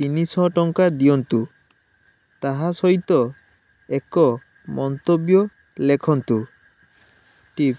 ତିନିଶହ ଟଙ୍କା ଦିଅନ୍ତୁ ତାହା ସହିତ ଏକ ମନ୍ତବ୍ୟ ଲେଖନ୍ତୁ ଟିପ୍